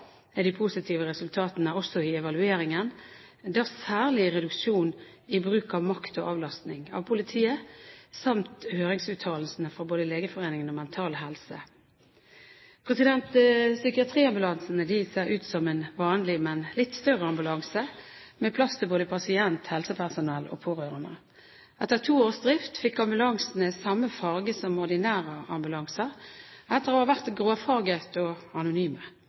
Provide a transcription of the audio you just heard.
er de positive resultatene også i evalueringen, da særlig reduksjonen i bruk av makt og avlastning av politiet samt høringsuttalelsene fra både Legeforeningen og Mental Helse. Psykiatriambulansene ser ut som en vanlig, men litt større ambulanse med plass til både pasient, helsepersonell og pårørende. Etter to års drift fikk ambulansene samme farge som ordinære ambulanser, etter å ha vært gråfarget og anonyme.